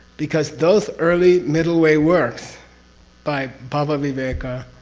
because those early middle way works by bhavaviveka,